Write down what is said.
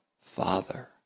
father